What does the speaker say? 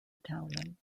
italian